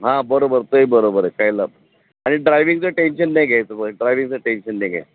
हां बरोबर तेही बरोबर आहे कारण ड्राइविंगचं टेन्शन नाही घ्यायचं बघ ड्राइविंगचं टेन्शन नाही घ्यायचं